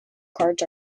cards